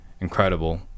incredible